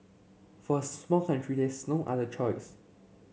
for a small country there's no other choice